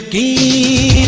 ah e